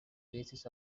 basis